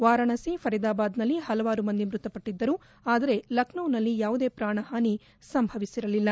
ವಾರಾಣಸಿ ಫರೀದಾಬಾದ್ನಲ್ಲಿ ಹಲವಾರು ಮಂದಿ ಮೃತಪಟ್ಟಿದ್ದರು ಆದರೆ ಲಖನೌನಲ್ಲಿ ಯಾವುದೇ ಪ್ರಾಣಹಾನಿ ಸಂಭವಿಸಿರಲಿಲ್ಲ